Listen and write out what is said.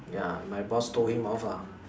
ya my boss told him off ah